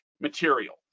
material